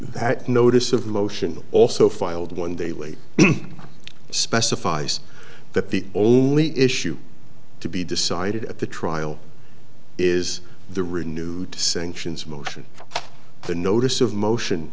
that notice of motion also filed one day late specifies that the only issue to be decided at the trial is the renewed sanctions motion the notice of motion